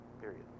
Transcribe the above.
Period